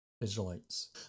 Israelites